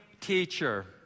teacher